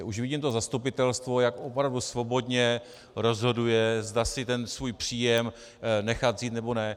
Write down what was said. Už vidím to zastupitelstvo, jak opravdu svobodně rozhoduje, zda si ten svůj příjem nechá vzít, nebo ne.